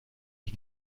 ich